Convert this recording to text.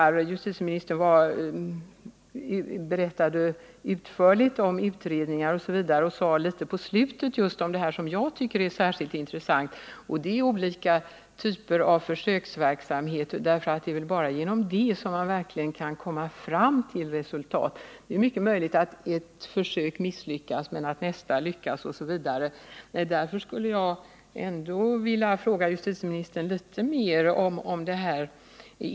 Justitieministern berättade utförligt om utredningar m.m. och nämnde mot slutet litet om just det som jag tycker är särskilt intressant, nämligen olika typer av försöksverksamhet. Det är väl bara genom försöksverksamhet som man verkligen kan komma fram till resultat. Det är mycket möjligt att ett försök misslyckas men att nästa lyckas osv. Därför skulle jag vilja fråga justitieministern litet mer om det här.